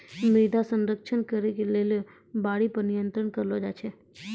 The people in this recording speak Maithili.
मृदा संरक्षण करै लेली बाढ़ि पर नियंत्रण करलो जाय छै